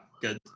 good